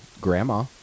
Grandma